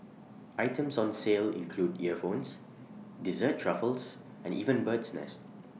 items on sale include earphones dessert truffles and even bird's nest